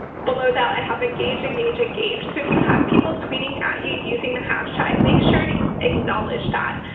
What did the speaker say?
below that, i have engage, engage, engage. so if you have people tweeting at you using the hashtag, make sure to acknowledge that.